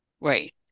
right